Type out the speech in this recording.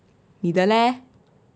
你的 leh